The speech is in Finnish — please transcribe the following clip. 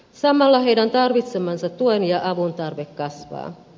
samalla heidän tarvitsemansa tuen ja avun tarve kasvaa